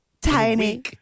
Tiny